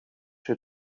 się